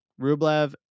Rublev